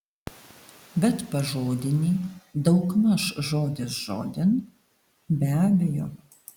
bet pažodinį daugmaž žodis žodin be abejo